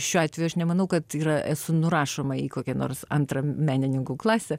šiuo atveju aš nemanau kad yra esu nurašoma į kokią nors antra menininkų klasę